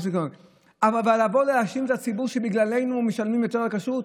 אבל לבוא ולהאשים את הציבור שבגללנו משלמים יותר על כשרות?